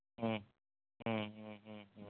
ம் ம் ம் ம் ம்